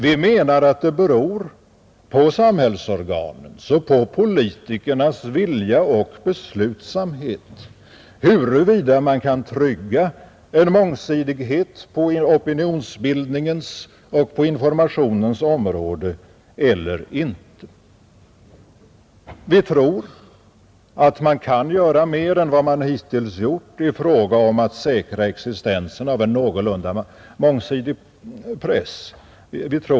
Vi menar att det beror på samhällsorganens och på politikernas vilja och beslutsamhet huruvida man kan trygga en mångsidighet på opinionsbildningens och på informationens område eller inte. Vi tror att man kan göra mer än man hittills gjort i fråga om att säkra existensen av en någorlunda mångsidig press.